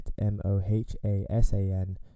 m-o-h-a-s-a-n